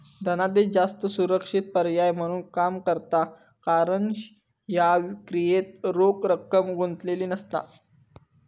धनादेश जास्त सुरक्षित पर्याय म्हणून काम करता कारण ह्या क्रियेत रोख रक्कम गुंतलेली नसता